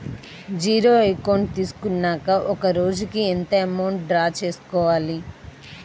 Zero account తీసుకున్నాక ఒక రోజుకి ఎంత అమౌంట్ డ్రా చేసుకోవాలి?